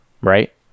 right